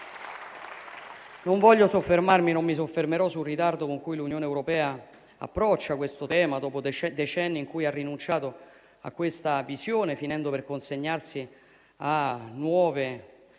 Non intendo soffermarmi e non mi soffermerò sul ritardo con cui l'Unione europea approccia questo tema dopo decenni in cui ha rinunciato a questa visione, finendo per consegnarsi a nuove